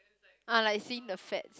ah like seeing the fats